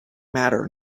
matter